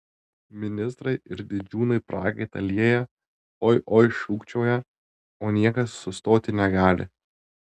ministrai ir didžiūnai prakaitą lieja oi oi šūkčioja o niekas sustoti negali